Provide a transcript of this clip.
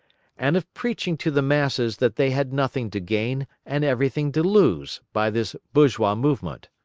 and of preaching to the masses that they had nothing to gain, and everything to lose, by this bourgeois movement.